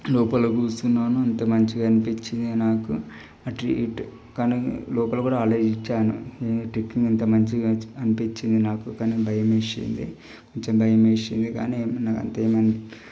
లోపల కూర్చున్నాను అంత మంచిగా అనిపించింది నాకు ఆ ట్రీట్ కానీ లోపల కూడా ఆలోచించాను ఈ ట్రెక్కింగ్ ఎంత మంచిగా అనిపించింది నాకు కానీ భయం వేసింది కొంచెం భయం వేసింది కానీ ఏమైనా కాని అంతే